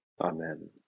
Amen